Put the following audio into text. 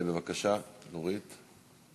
בבקשה, נורית.